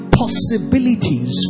possibilities